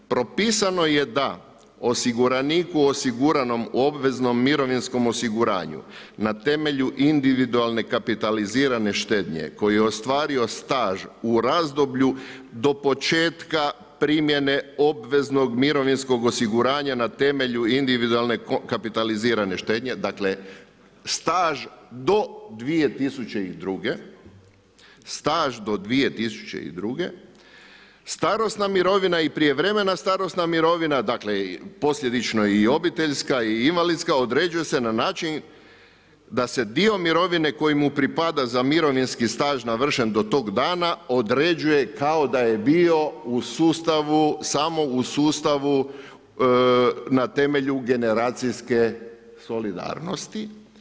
Propisano je da osiguraniku osiguranom u obveznom mirovinskom osiguranju na temelju individualne kapitalizirane štednje koji je ostvario staž u razdoblju do početka primjene obveznog mirovinskog osiguranja na temelju individualne kapitalizirane štednje, dakle staž do 2002., staž do 2002., starosna mirovina i prijevremena starosna mirovina, dakle posljedični i obiteljska i invalidska određuje se na način da se dio mirovine koji mu pripada za mirovinski staž navršen do tog dana određuje kao da je bio u sustavu samo u sustavu na temelju generacijske solidarnosti.